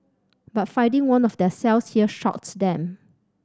but finding one of their cells here shocked them